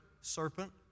serpent